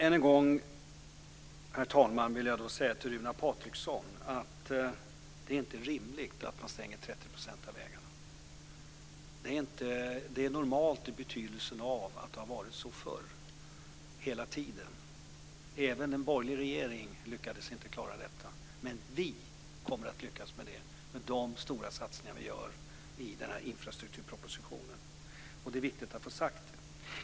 Herr talman! Jag vill än en gång säga till Runar Patriksson att det inte är rimligt att man stänger 30 % av vägarna. Det är normalt i den betydelsen att det har varit så hela tiden förut. Även en borgerlig regeringen lyckades inte klara det, men vi kommer att lyckas med det med de stora satsningar vi gör i den här infrastrukturpropositionen. Det är viktigt att säga det.